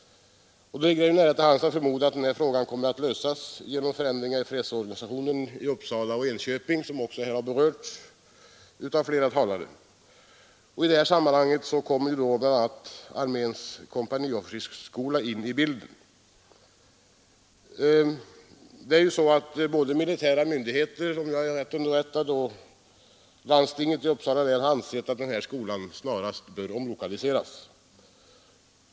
Då ligger det väl nära till hands att förmoda att denna fråga kommer att lösas genom förändringar i fredsorganisationen i Uppsala och Enköping, som också här har berörts av flera talare. I detta sammanhang kommer bl.a. arméns kompaniofficersskola in i bilden. Både de militära myndigheterna, om jag är rätt underrättad, och landstinget i Uppsala län har ansett att denna skola snarast bör omlokaliseras.